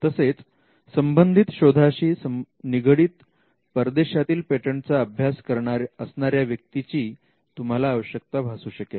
तसेच संबंधित शोधाशी निगडीत परदेशातील पेटंटचा अभ्यास असणाऱ्या व्यक्तीची ही तुम्हाला आवश्यकता भासू शकते